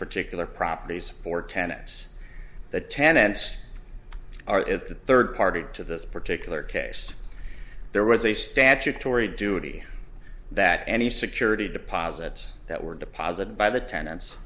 particular properties for tenants the tenants are is the third party to this particular case there was a statutory duty that any security deposits that were deposited by the tenan